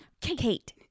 Kate